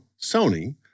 Sony